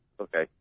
Okay